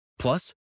Plus